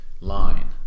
line